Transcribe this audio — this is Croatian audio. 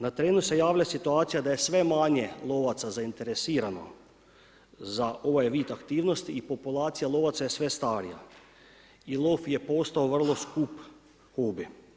Na terenu se javlja situacija da je sve manje lovaca zainteresirano za ovaj vid aktivnosti i populacija lovaca je sve starija i lov je postao vrlo skup hobi.